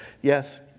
yes